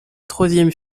troisième